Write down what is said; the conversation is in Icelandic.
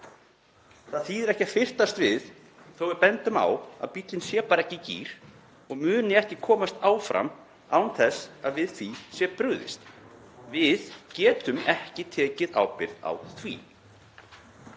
Það þýðir ekki að fyrtast við þó að við bendum á að bíllinn sé ekki gír og muni ekki komast áfram án þess að við því sé brugðist. Við getum ekki tekið ábyrgð á því.